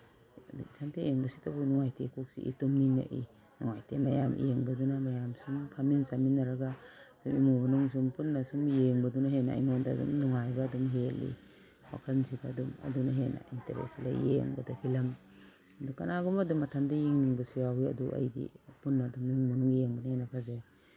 ꯑꯗ ꯏꯊꯟꯇ ꯌꯦꯡꯕꯁꯤꯗꯕꯨ ꯅꯨꯡꯉꯥꯏꯇꯦ ꯀꯣꯛ ꯆꯤꯛꯏ ꯇꯨꯝꯅꯤꯡꯉꯛꯏ ꯅꯨꯡꯉꯥꯏꯇꯦ ꯃꯌꯥꯝ ꯌꯦꯡꯕꯗꯨꯅ ꯃꯌꯥꯝ ꯁꯨꯝ ꯐꯝꯃꯤꯟ ꯆꯥꯃꯤꯟꯅꯔꯒ ꯏꯃꯨꯡ ꯃꯅꯨꯡ ꯁꯨꯝ ꯄꯨꯟꯅ ꯁꯨꯝ ꯌꯦꯡꯕꯗꯨꯅ ꯍꯦꯟꯅ ꯑꯩꯉꯣꯟꯗ ꯑꯗꯨꯝ ꯅꯨꯡꯉꯥꯏꯕ ꯑꯗꯨꯝ ꯍꯦꯜꯂꯤ ꯋꯥꯈꯟꯁꯤꯗ ꯑꯗꯨꯝ ꯑꯗꯨꯅ ꯍꯦꯟꯅ ꯏꯟꯇꯔꯦꯁ ꯂꯩ ꯌꯦꯡꯕꯗ ꯐꯤꯂꯝ ꯑꯗꯨ ꯀꯅꯥꯒꯨꯝꯕ ꯑꯗꯨꯝ ꯃꯊꯟꯇ ꯌꯦꯡꯅꯤꯡꯕꯁꯨ ꯌꯥꯎꯋꯤ ꯑꯗꯨ ꯑꯩꯗꯤ ꯄꯨꯟꯅ ꯑꯗꯨꯝ ꯏꯃꯨꯡ ꯃꯅꯨꯡ ꯌꯦꯡꯕꯅ ꯍꯦꯟꯅ ꯐꯖꯩ